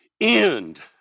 end